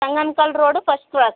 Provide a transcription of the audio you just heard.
Sangamkal road first cross